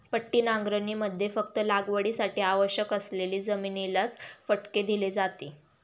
पट्टी नांगरणीमध्ये फक्त लागवडीसाठी आवश्यक असलेली जमिनीलाच फटके दिले जाते